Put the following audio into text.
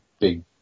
big